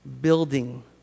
building